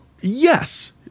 Yes